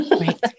Right